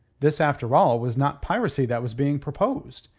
this, after all, was not piracy that was being proposed.